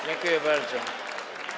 Dziękuję bardzo.